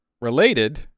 Related